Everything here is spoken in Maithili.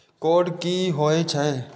कोड की होय छै?